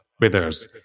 Withers